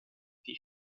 die